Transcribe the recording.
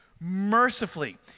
mercifully